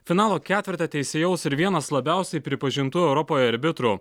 finalo ketvertą teisėjaus ir vienas labiausiai pripažintų europoje arbitrų